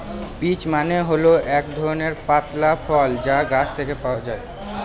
peach মানে হল এক ধরনের পাতলা ফল যা গাছ থেকে পাওয়া যায়